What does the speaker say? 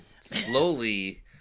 slowly